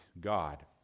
God